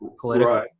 political –